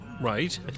Right